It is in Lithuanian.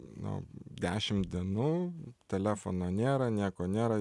nu dešim dienų telefono nėra nieko nėra